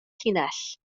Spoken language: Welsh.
llinell